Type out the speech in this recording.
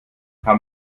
haben